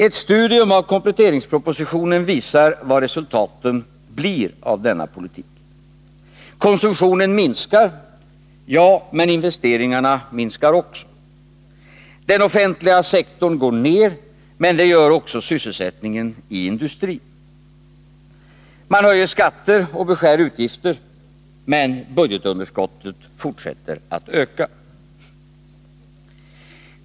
Ett studium av kompletteringspropositionen visar vad resultaten blir av denna politik. Konsumtionen minskar, men investeringarna minskar också. Den offentliga sektorn går ner, men det gör också sysselsättningen i industrin. Man höjer skatter och beskär utgifter, men budgetunderskottet fortsätter att öka.